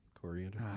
Coriander